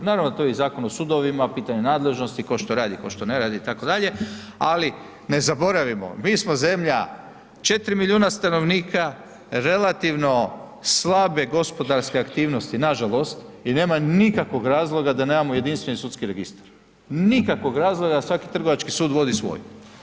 Naravno, tu je i Zakon o sudovima, pitanje nadležnosti, tko što radi, tko što ne radi itd., ali ne zaboravimo, mi smo zemlja 4 milijuna stanovnika, relativno slabe gospodarske aktivnosti, nažalost, jer nema nikakvog razloga da nemamo jedinstveni sudski registar, nikakvog razloga da svaki trgovački sud vodi svoj.